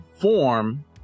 form